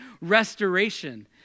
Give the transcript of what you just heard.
restoration